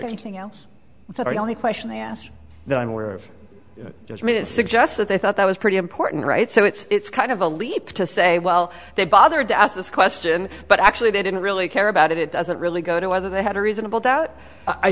anything else that are the only question they ask that i'm aware of just me to suggest that they thought that was pretty important right so it's kind of a leap to say well they bothered to ask this question but actually they didn't really care about it it doesn't really go to whether they had a reasonable doubt i